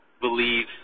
Believe